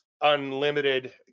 unlimited